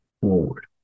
forward